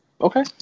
Okay